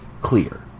clear